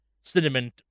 cinnamon